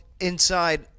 inside